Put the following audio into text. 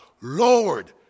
Lord